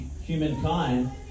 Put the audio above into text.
humankind